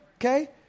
okay